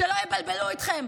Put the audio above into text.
שלא יבלבלו אתכם,